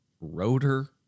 rotor